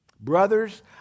Brothers